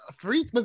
three